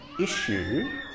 issue